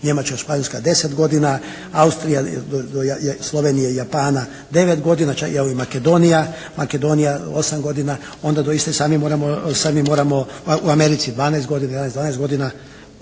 Njemačka, Španjolska 10 godina. Austrija, Slovenija, Japan 9 godina, Makedonija. Makedonija 8 godina. Onda doista i sami moramo, sami moramo, u Americi 12 godina, 11, 12 godina,